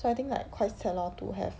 so I think like quite sad lor to have